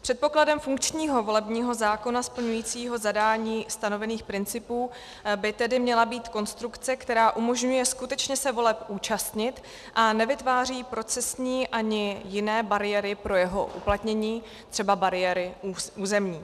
Předpokladem funkčního volebního zákona splňujícího zadání stanovených principů by tedy měla být konstrukce, která umožňuje skutečně se voleb účastnit a nevytváří procesní ani jiné bariéry pro jeho uplatnění, třeba bariéry územní.